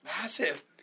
massive